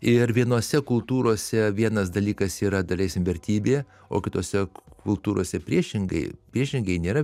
ir vienose kultūrose vienas dalykas yra daleiskim vertybė o kitose kultūrose priešingai priešingai nėra